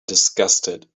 disgusted